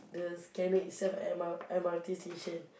the scanner itself M_R M_R_T station